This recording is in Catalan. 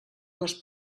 les